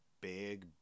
big